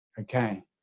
Okay